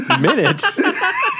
minutes